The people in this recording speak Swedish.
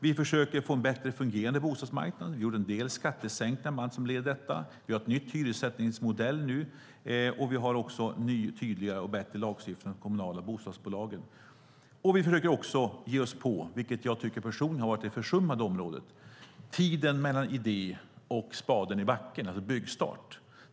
Vi försöker få en bättre fungerande bostadsmarknad. Vi gjorde bland annat en del skattesänkningar som ett led i detta. Vi har en ny hyressättningsmodell, och vi har också ny, tydligare och bättre lagstiftning för de kommunala bostadsbolagen. Vi försöker också ge oss på - vilket jag personligen tycker har varit ett försummat område - tiden mellan idé och spaden i backen, det vill säga byggstart.